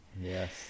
yes